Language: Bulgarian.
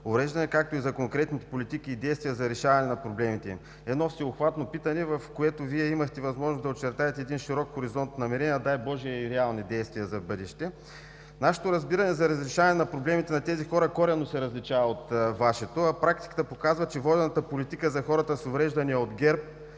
увреждания, както и за конкретните политики и действия за решаване на проблемите им. Едно всеобхватно питане, в което Вие имахте възможност да очертаете един широк хоризонт намерения, дай Боже, и реални действия за в бъдеще. Нашето разбиране за разрешаване на проблемите на тези хора коренно се различава от Вашето, а практиката показва, че водената политика за хората с увреждания от ГЕРБ,